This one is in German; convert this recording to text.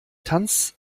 tanz